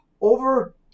over